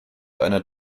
einer